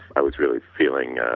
i was really feeling